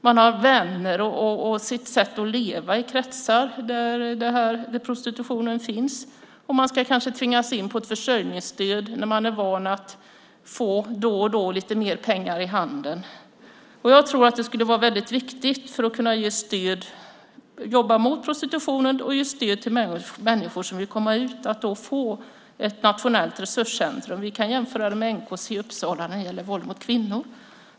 De har vänner och sitt sätt att leva i kretsar där prostitutionen finns, och de ska kanske tvingas in i ett försörjningsstöd när de är vana att då och då få lite mer pengar i handen. Jag tror att det vore väldigt viktigt för att man ska kunna jobba mot prostitutionen och ge stöd till människor som vill komma ur den att man får ett nationellt resurscentrum. Vi kan jämföra det med NCK i Uppsala när det gäller våld mot kvinnor.